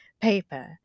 paper